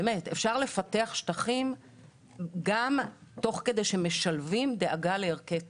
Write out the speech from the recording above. אפשר לפתח שטחים גם תוך כדי שמשלבים דאגה לערכי טבע.